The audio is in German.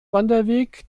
wanderweg